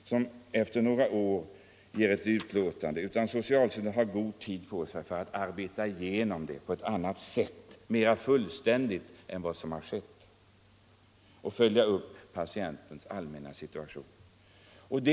alltså en arbetsgrupp som efter några år ger ett utlåtande, utan man borde ta god tid på sig för att arbeta igenom detta problem och mera fullständigt följa upp patienternas allmänna situation än vad som skett.